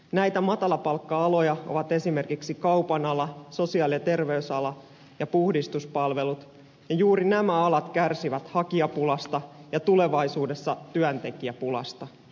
näitä matalapalkka alaoja ovat esimerkiksi kaupan ala sosiaali ja terveysala ja puhdistuspalvelut ja juuri nämä alat kärsivät hakijapulasta ja tulevaisuudessa työntekijäpulasta